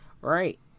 Right